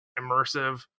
immersive